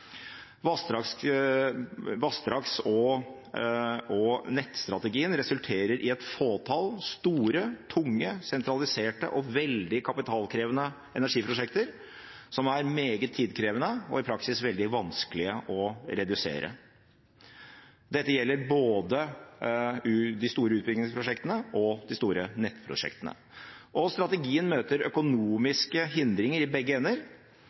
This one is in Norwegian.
Vassdrags- og nettstrategien resulterer i et fåtall store, tunge, sentralisert og veldig kapitalkrevende energiprosjekter, som er meget tidkrevende og i praksis veldig vanskelige å redusere. Dette gjelder både de store utviklingsprosjektene og de store nettprosjektene. Strategien møter økonomiske hindringer i begge ender.